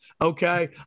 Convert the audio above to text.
okay